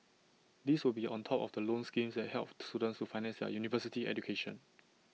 these will be on top of the loan schemes that help students to finance their university education